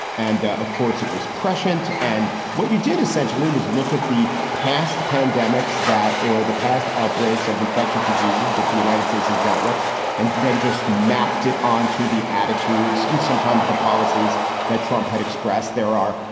and of course, it was prescient. and what you did essentially was look at the past pandemics, that or the past outbreaks of infectious diseases that the united states has dealt with and then just mapped it on to the attitudes and sometimes the policies that trump had expressed. there are,